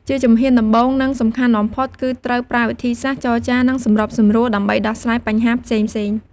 ជាជំហានដំបូង និងសំខាន់បំផុត គឺត្រូវ ប្រើវិធីសាស្ត្រចរចា និងសម្របសម្រួល ដើម្បីដោះស្រាយបញ្ហាផ្សេងៗ។